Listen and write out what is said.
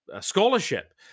scholarship